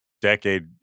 decade